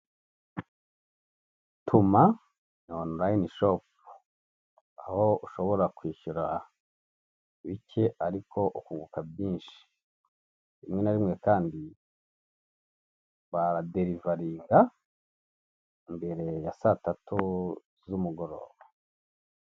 Tuma onurayini shopu aho ushobora kwishyura bike ariko ukunguka byinshi rimwe na rimwe kandi baradervariga mbere ya saa tatu z'umugoroba.